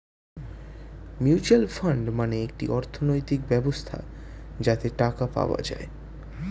mutual fund মানে একটি অর্থনৈতিক ব্যবস্থা যাতে টাকা পাওয়া যায়